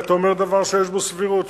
אורי, אתה אומר דבר שיש בו סבירות.